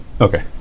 Okay